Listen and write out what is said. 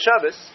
Shabbos